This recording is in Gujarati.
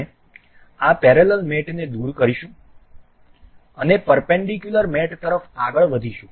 અમે આ પેરેલલ મેટને દૂર કરીશું અને પરપેન્ડીકુલર મેટ તરફ આગળ વધીશું